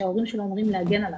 שההורים שלו אמורים להגן עליו.